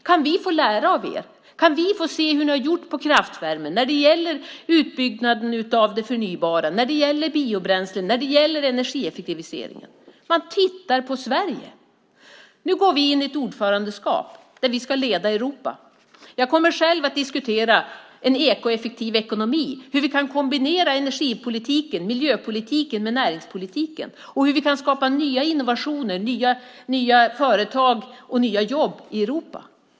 Kan vi få lära av er? Kan vi få se hur ni har gjort när det gäller kraftvärme, utbyggnad av det förnybara, biobränsle och energieffektivisering? Man tittar på Sverige. Nu går vi in i ett ordförandeskap, där vi ska leda Europa. Jag kommer själv att diskutera en ekoeffektiv ekonomi, hur vi kan kombinera energipolitiken, miljöpolitiken med näringspolitiken och hur vi kan skapa nya innovationer, nya företag och nya jobb i Europa.